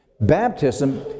Baptism